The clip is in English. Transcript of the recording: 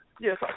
Yes